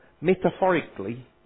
metaphorically